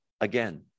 again